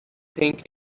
think